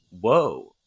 Whoa